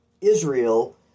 Israel